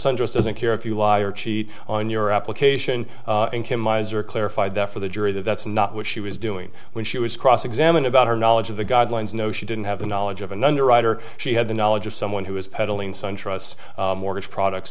sundress doesn't care if you liar cheat on your application and kim miser clarified that for the jury that that's not what she was doing when she was cross examined about her knowledge of the guidelines no she didn't have the knowledge of an underwriter she had the knowledge of someone who was peddling suntrust mortgage products